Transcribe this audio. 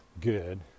good